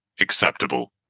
acceptable